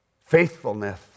Faithfulness